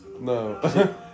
No